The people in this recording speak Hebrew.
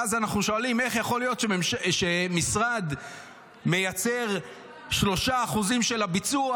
ואז אנחנו שואלים: איך יכול להיות שמשרד מייצר 3% של הביצוע,